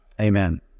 Amen